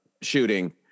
shooting